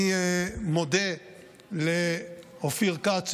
אני מודה לאופיר כץ,